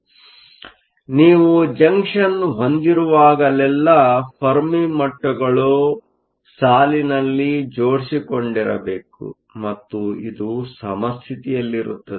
ಆದ್ದರಿಂದ ನೀವು ಜಂಕ್ಷನ್ ಹೊಂದಿರುವಾಗಲೆಲ್ಲಾ ಫೆರ್ಮಿ ಮಟ್ಟಗಳು ಸಾಲಿನಲ್ಲಿ ಜೋಡಿಸಿಕೊಂಡಿರಬೇಕು ಮತ್ತು ಇದು ಸಮಸ್ಥಿತಿಯಲ್ಲಿರುತ್ತದೆ